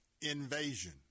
invasion